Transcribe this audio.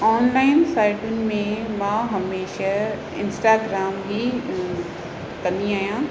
online साइटुनि में मां हमेशह इंस्टाग्राम ई कंदी आहियां